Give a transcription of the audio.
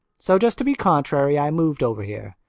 so, just to be contrary, i moved over here.